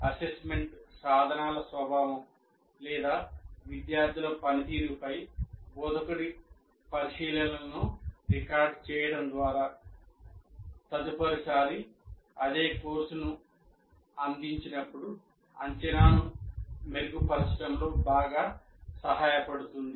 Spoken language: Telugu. అసెస్మెంట్ సాధనాల స్వభావం లేదా విద్యార్థుల పనితీరుపై బోధకుడి పరిశీలనలను రికార్డ్ చేయడం ద్వారా తదుపరిసారి అదే కోర్సును అందించినప్పుడు అంచనాను మెరుగుపరచడంలో బాగా సహాయపడుతుంది